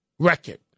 Record